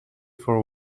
for